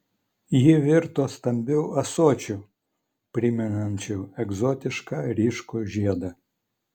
ji virto stambiu ąsočiu primenančiu egzotišką ryškų žiedą